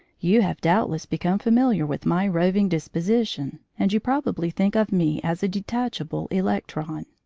you have doubtless become familiar with my roving disposition, and you probably think of me as a detachable electron.